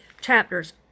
chapters